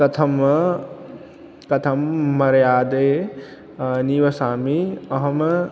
कथं कथं मर्यादे निवसामि अहम्